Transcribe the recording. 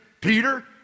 Peter